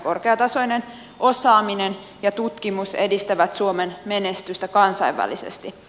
korkeatasoinen osaaminen ja tutkimus edistävät suomen menestystä kansainvälisesti